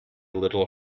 little